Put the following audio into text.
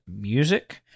music